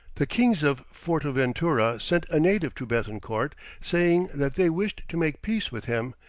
the kings of fortaventura sent a native to bethencourt saying that they wished to make peace with him,